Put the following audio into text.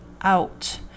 out